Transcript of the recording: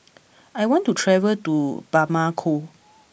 I want to travel to Bamako